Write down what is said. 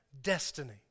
destiny